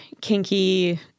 kinky